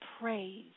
praise